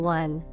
one